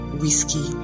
whiskey